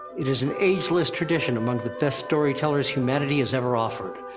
it is an ageless tradition among the best storytellers humanity has ever offered.